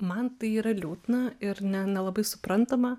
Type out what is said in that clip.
man tai yra liūdna ir ne nelabai suprantama